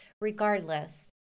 regardless